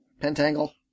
Pentangle